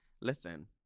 Listen